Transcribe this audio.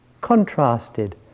contrasted